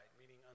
meaning